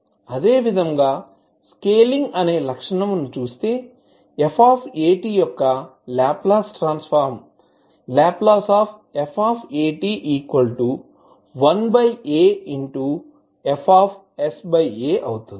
అదేవిధంగా స్కేలింగ్ అనే లక్షణంని చూస్తే f యొక్క లాప్లాస్ ట్రాన్సఫర్మ్ Lf 1aFsa అవుతుంది